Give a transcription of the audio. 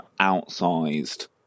outsized